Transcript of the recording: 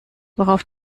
worauf